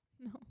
No